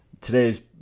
today's